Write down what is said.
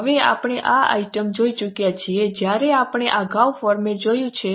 હવે આપણે આ આઇટમ જોઈ ચૂક્યા છીએ જ્યારે આપણે અગાઉ ફોર્મેટ જોયું છે